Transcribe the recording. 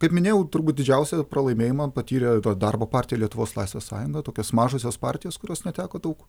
kaip minėjau turbūt didžiausią pralaimėjimą patyrė darbo partija lietuvos laisvės sąjunga tokios mažosios partijos kurios neteko daug